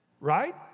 right